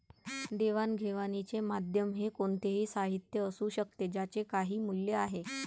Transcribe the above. देवाणघेवाणीचे माध्यम हे कोणतेही साहित्य असू शकते ज्याचे काही मूल्य आहे